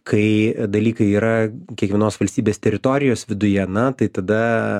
kai dalykai yra kiekvienos valstybės teritorijos viduje na tai tada